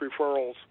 referrals